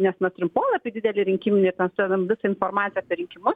nes mes turim polapį didelį rinkiminį ten sudedam visą informaciją apie rinkimus